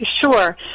Sure